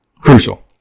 crucial